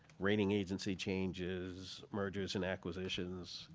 rating agency changes, mergers and acquisitions,